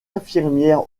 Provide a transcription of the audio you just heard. infirmière